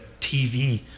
TV